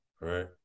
right